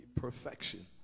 perfection